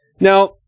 Now